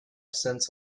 cents